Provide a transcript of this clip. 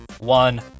one